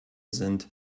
sind